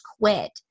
quit